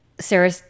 Sarah